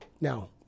Now